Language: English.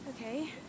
Okay